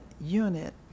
unit